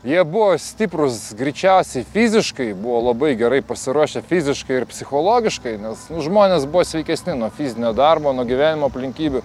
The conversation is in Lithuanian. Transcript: jie buvo stiprūs greičiausiai fiziškai buvo labai gerai pasiruošę fiziškai ir psichologiškai nes nu žmonės buvo sveikesni nuo fizinio darbo nuo gyvenimo aplinkybių